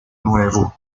nuevo